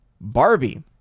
Barbie